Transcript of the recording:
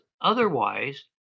otherwise